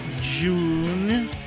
June